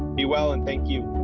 be well and thank you.